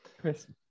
Chris